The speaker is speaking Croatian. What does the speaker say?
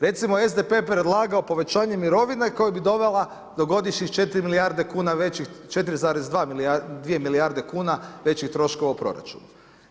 Recimo SDP je predlagao povećanje mirovine koja bi dovela do godišnjih 4 milijarde kuna većih, 4,2 milijarde kuna većih troškova u proračunu.